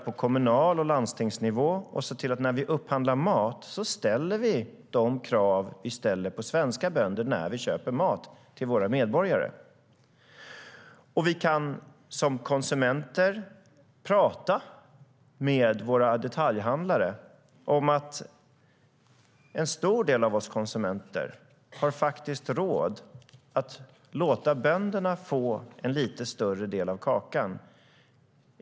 På kommunal nivå och landstingsnivå kan vi när vi när vi upphandlar mat se till att ställa de krav vi ställer på svenska bönder när vi köper mat till våra medborgare. Vi kan som konsumenter prata med våra detaljhandlare om att en stor del av oss konsumenter faktiskt har råd att låta bönderna få en lite större del av kakan.